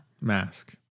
Mask